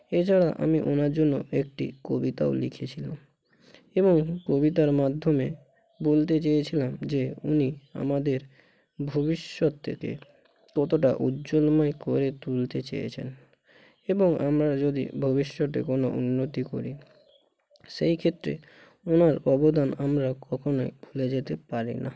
এছাড়া আমি ওনার জন্য একটি কবিতাও লিখেছিলাম এবং কবিতার মাধ্যমে বলতে চেয়েছিলাম যে উনি আমাদের ভবিষ্যৎটাকে কতটা উজ্জ্বলময় করে তুলতে চেয়েছেন এবং আমরা যদি ভবিষ্যতে কোনো উন্নতি করি সেই ক্ষেত্রে ওনার অবদান আমরা কখনোই ভুলে যেতে পারি না